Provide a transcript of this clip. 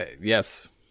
yes